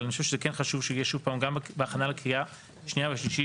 אבל אני כן חושב שיהיה שוב פעם גם בהכנה לקריאה שנייה ושלישית